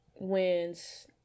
wins